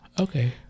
okay